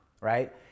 right